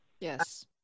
Yes